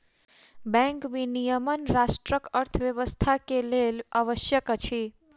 bank विनियमन राष्ट्रक अर्थव्यवस्था के लेल आवश्यक अछि